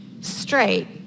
straight